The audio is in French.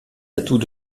atouts